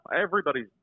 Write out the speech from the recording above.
everybody's